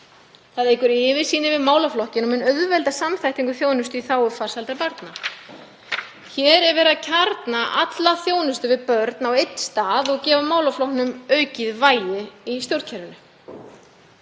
Það eykur yfirsýn yfir málaflokkinn og mun auðvelda samþættingu þjónustu í þágu farsældar barna. Hér er verið að kjarna alla þjónustu við börn á einn stað og gefa málaflokknum aukið vægi í stjórnkerfinu.